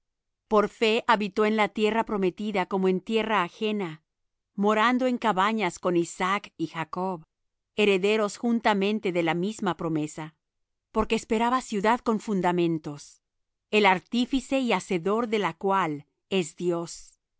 por fe habitó en la tierra prometida como en tierra ajena morando en cabañas con isaac y jacob herederos juntamente de la misma promesa porque esperaba ciudad con fundamentos el artífice y hacedor de la cual es dios